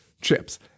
Chips